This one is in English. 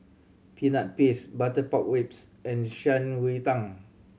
Peanut Paste butter pork ribs and Shan Rui Tang